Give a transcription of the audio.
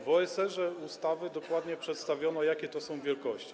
W OSR ustawy dokładnie przedstawiono, jakie to są wielkości.